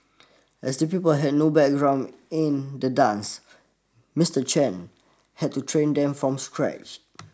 as the pupils had no background in the dance Mister Chan had to train them from scratch